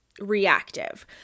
reactive